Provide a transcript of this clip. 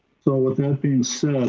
so with that being said,